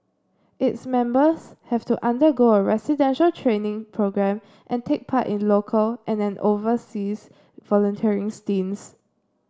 its members have to undergo a residential training programme and take part in local and an overseas volunteering stints